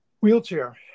wheelchair